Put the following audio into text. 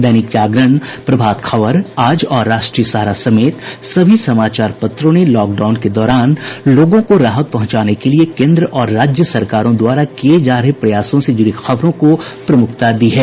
दैनिक जागरण प्रभात खबर आज और राष्ट्रीय सहारा समेत सभी समाचार पत्रों ने लॉकडाउन के दौरान लोगों को राहत पहुंचाने के लिए केन्द्र और राज्य सरकारों द्वारा किये जा रहे प्रयासों से जुड़ी खबरों को प्रमुखता दी है